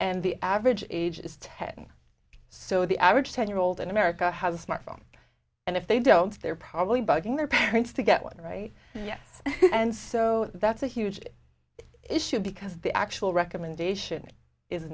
and the average age is ten so the average ten year old in america has a smartphone and if they don't they're probably bugging their parents to get one right yes and so that's a huge issue because the actual recommendation is